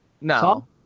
No